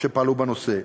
שפעלו בנושא,